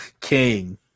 king